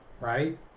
Right